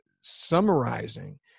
summarizing